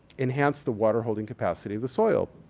enhance the water holding capacity of the soil?